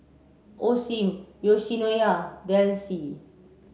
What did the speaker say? Osim Yoshinoya Delsey